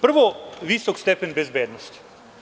Prvo, visok stepen bezbednosti.